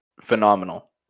phenomenal